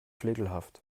flegelhaft